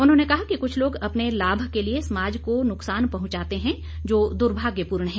उन्होंने कहा कि कुछ लोग अपने लाभ के लिए समाज को नुकसान पहुंचाते हैं जो दुर्भायपूर्ण है